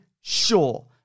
sure